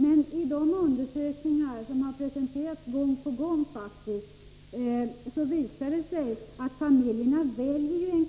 Men i de undersökningar som gång på gång har presenterats har det visat sig att familjerna väljer en